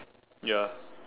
ya